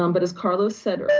um but as carlos said earlier,